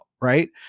right